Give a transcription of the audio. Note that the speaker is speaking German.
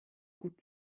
gut